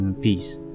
peace